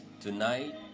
Tonight